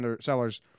sellers